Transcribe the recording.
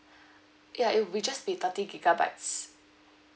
ya it'll be just be thirty gigabytes